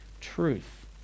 truth